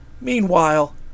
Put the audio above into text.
Meanwhile